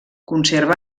conserva